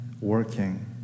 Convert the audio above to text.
working